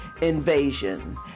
invasion